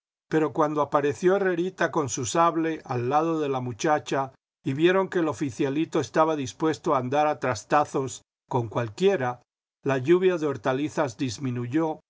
pero cuando apareció herrerita con su sable al lado de la muchacha y vieron que el oficialito estaba dispuesto a andar a trastazos con cualquiera la lluvia de hortalizas disminuyó